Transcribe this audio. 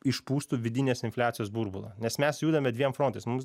išpūstų vidinės infliacijos burbulą nes mes judame dviem frontais mums